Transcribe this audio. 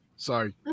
Sorry